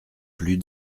plus